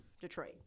Detroit